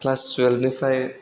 class टुइल्भनिफ्राय